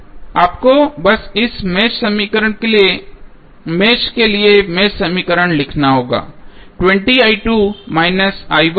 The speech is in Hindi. आपको बस इस मेष के लिए मेष समीकरण लिखना होगा